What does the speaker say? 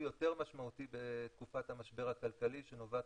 יותר משמעותי בתקופת המשבר הכלכלי שנובעת